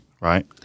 right